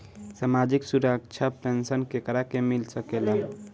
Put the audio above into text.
सामाजिक सुरक्षा पेंसन केकरा के मिल सकेला?